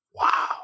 Wow